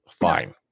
fine